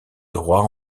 droit